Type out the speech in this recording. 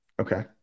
Okay